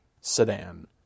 sedan